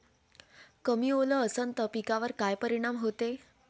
कमी ओल असनं त पिकावर काय परिनाम होते?